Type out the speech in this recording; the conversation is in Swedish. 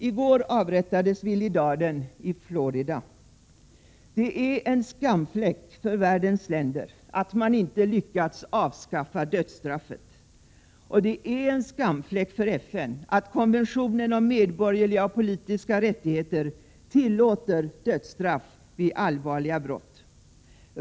I går avrättades Willie Darden i Florida. Det är en skamfläck för världens länder att man inte har lyckats avskaffa dödsstraffet. Och det är en skamfläck för FN att konventionen om medborgerliga och politiska rättigheter tillåter dödsstraff vid allvarliga brott.